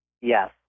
Yes